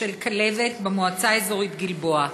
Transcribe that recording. של כלבת במועצה האזורית גלבוע.